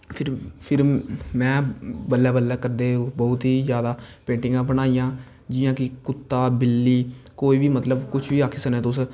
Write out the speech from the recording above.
फिर में बल्लैं बल्लैं करदे बौह्त ही जादा पेंटिंगा बनाईयां जियां कि कुत्ता बिल्ली कोई बी मतलव कुश बी आक्खी सकने तुस